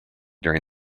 during